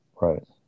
Right